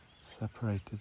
separated